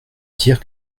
dire